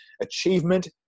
achievement